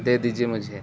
دے دیجیے مجھے